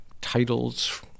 titles